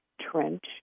Trench